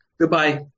Goodbye